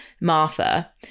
Martha